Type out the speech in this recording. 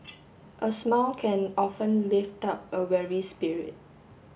a smile can often lift up a weary spirit